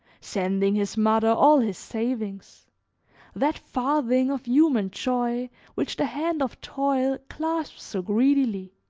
sending his mother all his savings that farthing of human joy which the hand of toil clasps so greedily